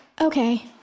Okay